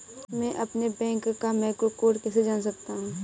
मैं अपने बैंक का मैक्रो कोड कैसे जान सकता हूँ?